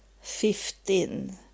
fifteen